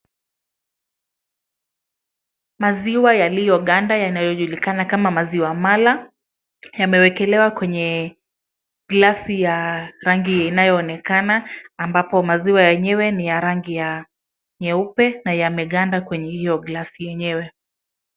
Maziwa yaliyoganda yanayojulikana kama maziwa mala yamewekelewa kwenye glasi ya rangi inayoonekana ambapo maziwa yenyewe ni ya rangi ya nyeupe na yameganda kwenye hiyo glasi yenyewe.